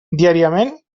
diàriament